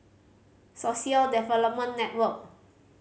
Social Development Network